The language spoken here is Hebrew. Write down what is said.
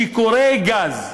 שיכורי גז,